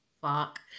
fuck